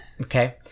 Okay